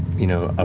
you know, ah